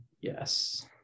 Yes